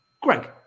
Greg